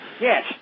Yes